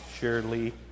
surely